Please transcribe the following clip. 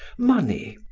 money?